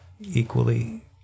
equally